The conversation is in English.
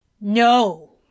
No